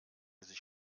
sich